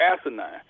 asinine